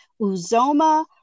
Uzoma